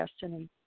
destiny